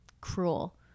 cruel